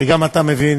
וגם אתה מבין